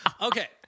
Okay